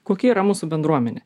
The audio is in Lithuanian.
kokia yra mūsų bendruomenė